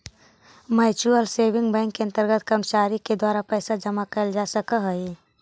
mutual saving bank के अंतर्गत कर्मचारी के द्वारा पैसा जमा कैल जा हइ